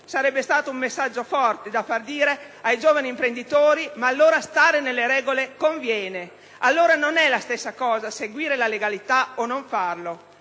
Sarebbe stato un messaggio forte tale da far pensare ai giovani imprenditori che, allora, stare nelle regole conviene; che non è la stessa cosa seguire la legalità o non farlo.